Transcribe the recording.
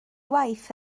waith